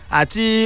ati